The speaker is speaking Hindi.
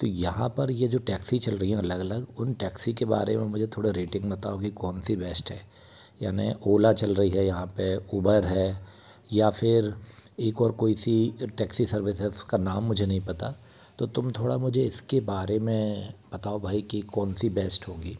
यह पर जो यें टैक्सी चल रही है अलग अलग उन टैक्सी के बारे मे मुझे थोड़ा रेटिंग बताओगे कौन सी बेस्ट है यानी ओला चल रही है यहाँ पे ऊबर है या फिर एक और कोई सी टैक्सी सर्विस है जिसका नाम मुझे नहीं पता तो तुम थोड़ा मुझे इसके बारे में बताओ भाई की कौन सी बेस्ट होगी